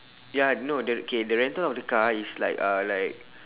ya no the okay the rental of the car is like uh like